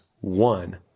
one